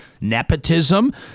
nepotism